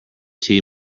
tea